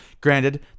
granted